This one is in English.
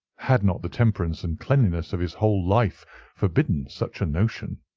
had not the temperance and cleanliness of his whole life forbidden such a notion.